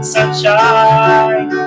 Sunshine